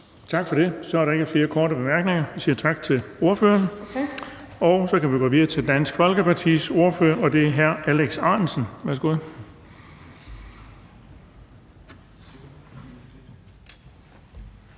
Tak for det. Så er der ikke flere korte bemærkninger. Vi siger tak til ordføreren. Så kan vi gå videre til Dansk Folkepartis ordfører, og det er hr. Alex Ahrendtsen. Værsgo.